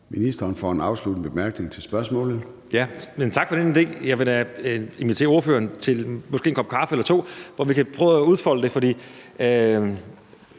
Ministeren for en afsluttende bemærkning. Kl.